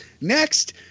Next